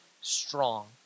strong